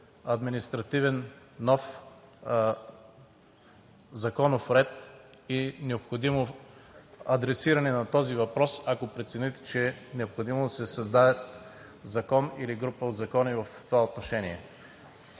административен нов законов ред и необходимо адресиране на този въпрос, ако прецените, че е необходимо да се създаде закон или група от закони в това отношение.